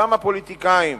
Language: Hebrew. אותם פוליטיקאים